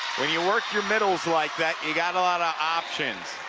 when you work your middles like that, you got a lot of options.